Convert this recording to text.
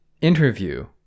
interview